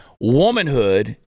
womanhood